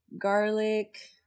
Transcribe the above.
garlic